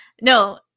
no